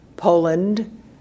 Poland